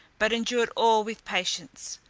but endured all with patience,